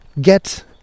get